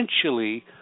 essentially